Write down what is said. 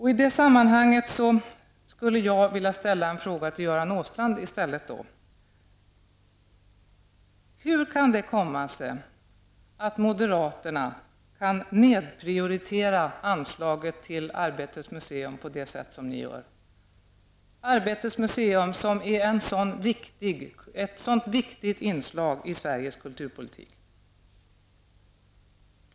I det sammanhanget skulle jag vilja ställa en fråga till Göran Åstrand. Hur kan det komma sig att moderaterna kan nedprioritera anslaget till Arbetets museum på det sätt som ni gör, Arbetets museum som är ett så viktigt inslag i Sveriges kulturpolitik?